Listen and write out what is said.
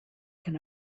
can